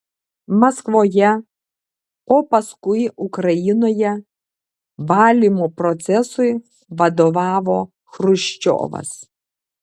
maskvoje o paskui ukrainoje valymo procesui vadovavo chruščiovas